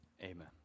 Amen